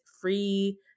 free